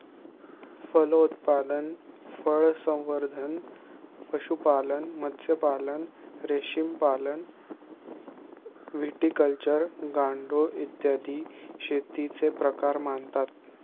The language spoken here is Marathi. फलोत्पादन, फळसंवर्धन, पशुपालन, मत्स्यपालन, रेशीमपालन, व्हिटिकल्चर, गांडूळ, इत्यादी शेतीचे प्रकार मानतात